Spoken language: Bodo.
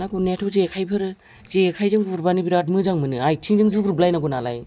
ना गुरनायाथ' जेखाइफोर जेखाइजों गुरबानो बिराद मोजां मोनो आयथिंजों जुग्रुबलायनांगौ नालाय